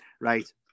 Right